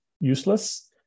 useless